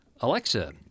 Alexa